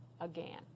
again